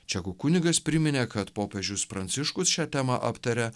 čekų kunigas priminė kad popiežius pranciškus šią temą aptaria